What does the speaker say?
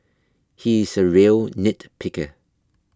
he is a real nitpicker